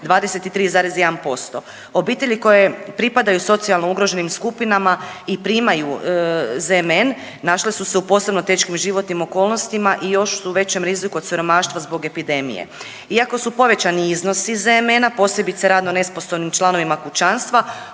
23,1%. Obitelji koje pripadaju socijalno ugroženim skupinama i primaju ZMN našle su se u posebno teškim životnim okolnostima i još su u većem riziku od siromaštva zbog epidemije. Iako su povećani iznosi ZMN-a, posebice radno nesposobnim članovima kućanstva,